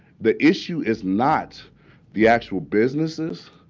the issue is not the actual businesses.